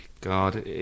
God